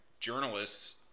journalists